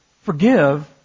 Forgive